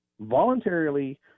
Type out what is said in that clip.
voluntarily